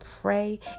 pray